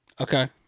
Okay